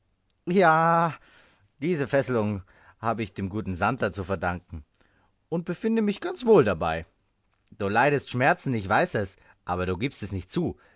ja diese fesselung habe ich dem guten santer zu verdanken und befinde mich ganz wohl dabei du leidest schmerzen ich weiß es aber du gibst es nicht zu